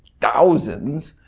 thousands,